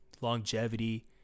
longevity